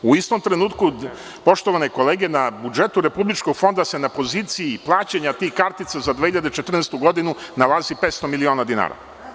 U istom trenutku, poštovane kolege, na budžetu republičkog fonda se na poziciji plaćanja tih kartica za 2014. godinu nalazi 500 miliona dinara.